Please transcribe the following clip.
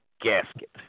gasket